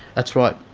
that's right.